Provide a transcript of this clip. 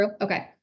Okay